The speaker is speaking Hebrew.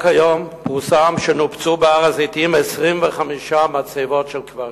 רק היום פורסם שנופצו בהר-הזיתים 25 מצבות של קברים,